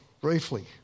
briefly